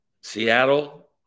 Seattle